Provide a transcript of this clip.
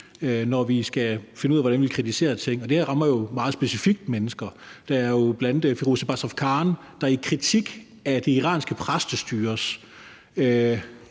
når vi skal finde ud af, hvordan vi kritiserer ting. Det her rammer jo meget specifikt mennesker. Der er jo bl.a. Firoozeh Bazrafkan, der i en kritik af det iranske præstestyres,